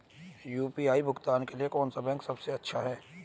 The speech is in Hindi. यू.पी.आई भुगतान के लिए कौन सा बैंक सबसे अच्छा है?